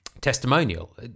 testimonial